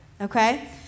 okay